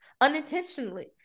unintentionally